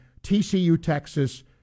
TCU-Texas